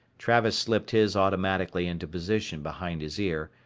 travis slipped his automatically into position behind his ear,